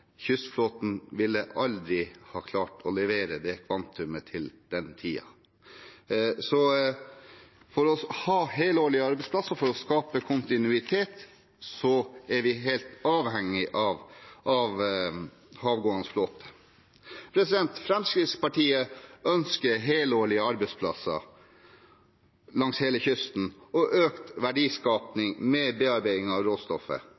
Kystflåten ville aldri ha klart å levere det kvantumet til den tiden, så for å ha helårige arbeidsplasser for å skape kontinuitet er vi helt avhengig av havgående flåte. Fremskrittspartiet ønsker helårige arbeidsplasser langs hele kysten og økt verdiskaping med bearbeiding av råstoffet.